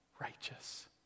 righteous